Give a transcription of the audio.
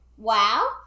wow